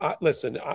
listen